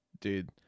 dude